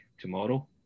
tomorrow